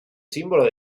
símbolo